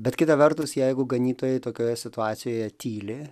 bet kita vertus jeigu ganytojai tokioje situacijoje tyli